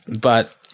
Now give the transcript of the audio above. But-